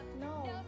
no